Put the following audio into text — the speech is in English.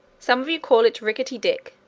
some of you call it rickety dick,